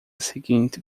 seguinte